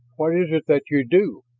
what is it that you do?